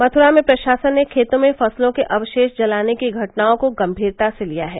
मथुरा में प्रशासन ने खेतों में फसलों के अवशेष जलाने की घटनाओं को गंभीरता से लिया है